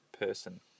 person